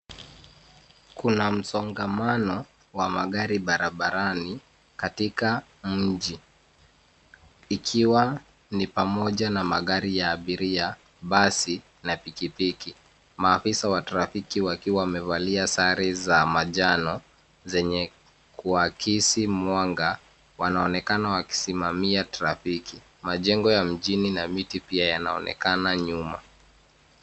Kuna msongamano wa magari barabarani katika mji, ukiwemo magari ya abiria, mabasi na pikipiki. Maafisa wa trafiki wakiwa wamevalia sare za manjano zenye kung’aa wanaonekana wakisimamia trafiki. Majengo ya mjini na miti pia yanaonekana nyuma.